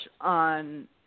on